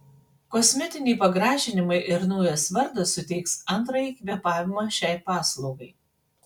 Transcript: kosmetiniai pagražinimai ir naujas vardas suteiks antrąjį kvėpavimą šiai paslaugai